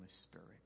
Spirit